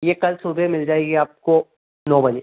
ये कल सुबह मिल जाएगी आपको नौ बजे